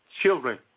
children